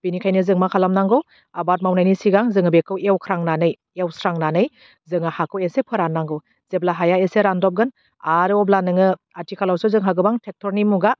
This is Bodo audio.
बिनिखायनो जों मा खालामनांगौ आबाद मावनायनि सिगां जोङो बेखौ एवख्रांनानै एवस्रांनानै जोङो हाखौ एसे फोराननांगौ जेब्ला हाया एसे रानदबगोन आरो अब्ला नोङो आथिखालावसो जोंहा गोबां टेक्टरनि मुगा